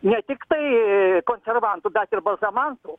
ne tiktai konservantų bet ir balzamantų